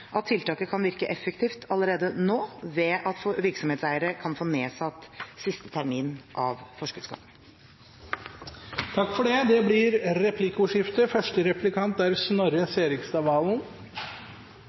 at tiltaket kan virke effektivt allerede nå ved at virksomhetseiere kan få nedsatt siste termin av forskuddsskatten. Det blir replikkordskifte. Når SV får første